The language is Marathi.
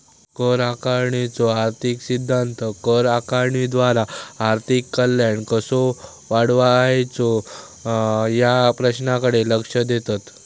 कर आकारणीचो आर्थिक सिद्धांत कर आकारणीद्वारा आर्थिक कल्याण कसो वाढवायचो या प्रश्नाकडे लक्ष देतत